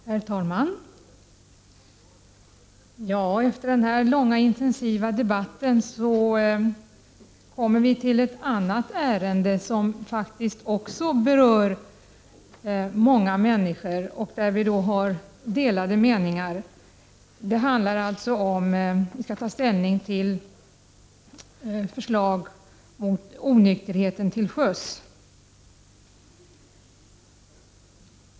Herr talman! Efter denna långa intensiva debatt kommer vi till ett annat ärende som också berör många människor och där vi har delade meningar. Vi skall ta ställning till förslag mot onykterheten till sjöss.